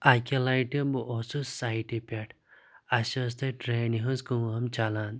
اَکہِ لَٹہِ بہٕ اوسُس سایٹہِ پؠٹھ اَسہِ ٲس تَتہِ ڈرینہِ ہٕنٛز کٲم چَلان